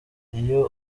iyo